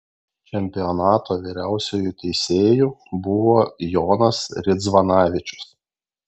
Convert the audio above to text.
čempionato vyriausiuoju teisėju buvo jonas ridzvanavičius